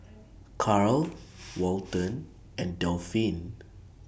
Karl Walton and Delphine